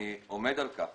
אני עומד על כך